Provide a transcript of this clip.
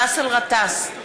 באסל גטאס,